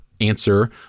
answer